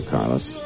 Carlos